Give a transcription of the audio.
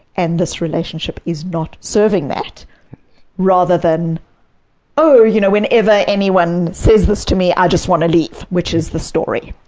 and this relationship is not serving that rather than you know whenever anyone says this to me, i just want to leave which is the story.